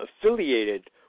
affiliated